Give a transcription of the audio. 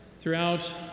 Throughout